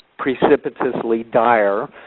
precipitously dire,